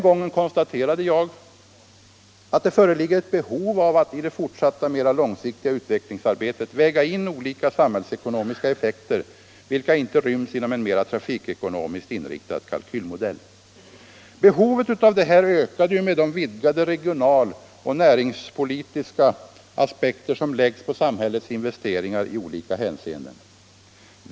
Jag konstaterade den gången att det föreligger ett behov av att i det fortsatta mera långsiktiga utvecklingsarbetet väga in olika samhällsekonomiska effekter vilka inte ryms i en mera trafikekonomiskt inriktad kalkylmodell. Behovet härav ökar med de vidgade regionaloch näringspolitiska aspekter som läggs på samhällets investeringar i olika hänseenden.